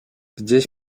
gdzieś